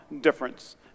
difference